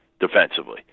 defensively